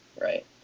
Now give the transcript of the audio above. right